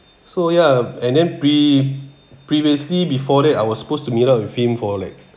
so ya and then pre~ previously before that I was supposed to meet up with him for like